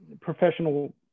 professional